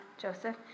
Joseph